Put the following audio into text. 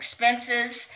expenses